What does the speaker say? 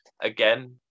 Again